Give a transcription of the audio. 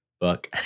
book